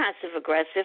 passive-aggressive